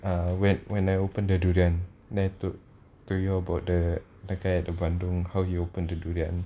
uh when when I open the durian then I told you about the the guy at the bandung how he open the durian